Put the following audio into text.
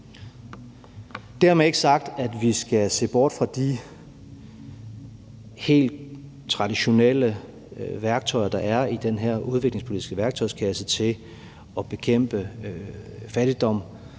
Dermed ikke sagt, at vi skal se bort fra de helt traditionelle værktøjer, der er i den her udviklingspolitiske værktøjskasse til at bekæmpe fattigdom.